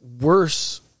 worse